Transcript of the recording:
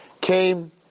came